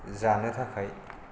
जानो थाखाय